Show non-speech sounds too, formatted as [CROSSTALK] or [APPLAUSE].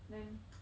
then [NOISE]